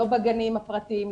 לא בגנים הפרטיים,